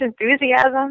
enthusiasm